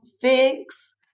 figs